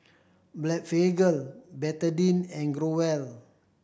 Blephagel Betadine and Growell